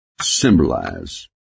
symbolize